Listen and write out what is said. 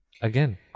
Again